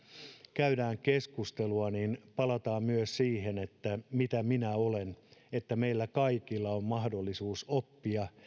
käydään keskustelua palataan myös siihen että mitä minä olen että meillä kaikilla on mahdollisuus oppia